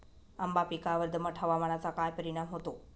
आंबा पिकावर दमट हवामानाचा काय परिणाम होतो?